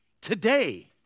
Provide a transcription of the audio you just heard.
Today